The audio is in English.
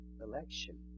election